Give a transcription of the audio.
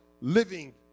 living